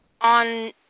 on